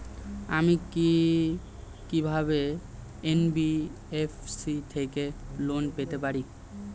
আমি কি কিভাবে এন.বি.এফ.সি থেকে লোন পেতে পারি?